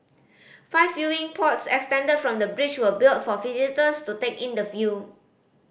five viewing pods extended from the bridge were built for visitors to take in the view